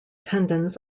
tendons